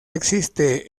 existe